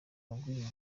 mugwi